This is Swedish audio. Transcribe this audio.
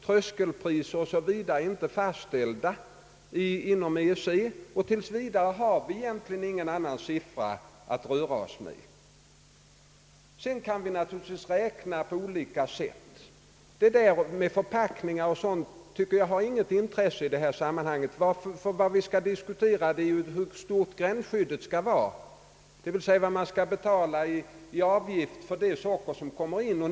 Tröskelpriser o. s. v. är inte fastställda inom EEC, så tills vidare har vi egentligen ingen annan siffra att röra oss med. Naturligtvis kan vi räkna på olika sätt. Frågan om förpackningar och sådant anser jag dock sakna intresse i sammanhanget. Vad vi diskuterar är ju hur stort gränsskyddet skall vara, d. v. s. vad man skall betala i avgift för det socker som kommer in.